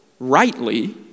Rightly